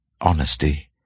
honesty